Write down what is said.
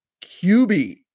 QB